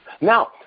Now